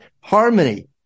harmony